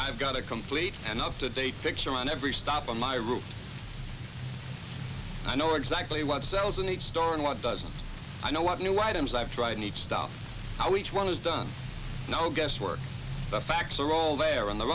i've got a complete and up to date picture on every stop on my roof i know exactly what sells in each store and what doesn't i know what new items i've tried need to stop how each one is done no guesswork the facts are all there on the